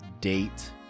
date